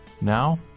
Now